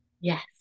Yes